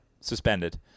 Suspended